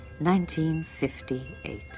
1958